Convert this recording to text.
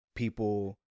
People